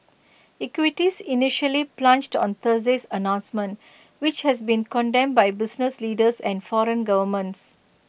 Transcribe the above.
equities initially plunged on Thursday's announcement which has been condemned by business leaders and foreign governments